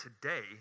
today